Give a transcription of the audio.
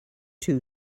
too